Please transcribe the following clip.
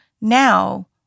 now